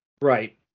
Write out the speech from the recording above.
Right